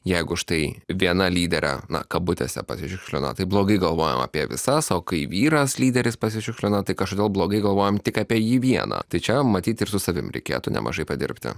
jeigu štai viena lyderė na kabutėse pasišiukšlino taip blogai galvojam apie visas o kai vyras lyderis pasišiukšlina tai kažkodėl blogai galvojam tik apie jį vieną tai čia matyt ir su savim reikėtų nemažai padirbti